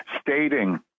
stating